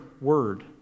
word